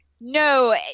no